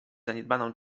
zaniedbaną